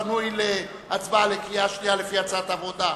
הואיל וסעיף 18 פנוי להצבעה לקריאה שנייה לפי הצעת הוועדה,